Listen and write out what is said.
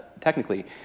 technically